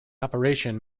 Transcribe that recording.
operation